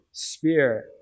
Spirit